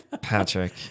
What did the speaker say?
Patrick